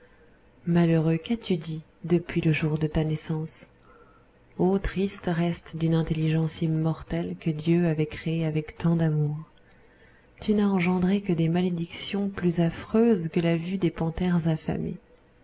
malheureux qu'as-tu dit depuis le jour de ta naissance o triste reste d'une intelligence immortelle que dieu avait créée avec tant d'amour tu n'as engendré que des malédictions plus affreuses que la vue de panthères affamées